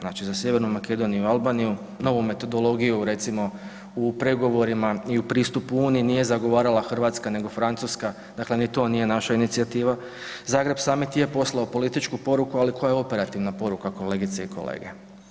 Znači za Sjevernu Makedoniju i Albaniju novu metodologiju recimo u pregovorima i u pristupu uniji nije zagovarala Hrvatska nego Francuska, dakle ni to nije naša inicijativa, Zagreb samit je poslao političku poruku, ali koja je operativna poruka kolegice i kolege.